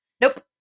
Nope